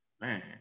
Man